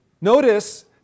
Notice